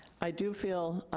i do feel,